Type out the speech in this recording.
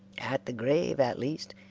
at the grave, at least,